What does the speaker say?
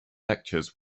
lectures